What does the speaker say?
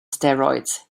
steroids